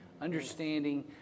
understanding